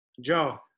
Joe